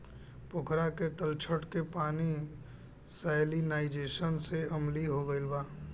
पोखरा के तलछट के पानी सैलिनाइज़ेशन से अम्लीय हो गईल बा